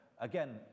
Again